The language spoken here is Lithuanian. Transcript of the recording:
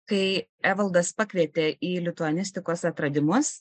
kai evaldas pakvietė į lituanistikos atradimus